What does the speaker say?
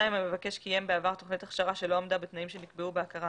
המבקש קיים בעבר תוכנית הכשרה שלא עמדה בתנאים שנקבעו בהכרה